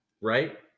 right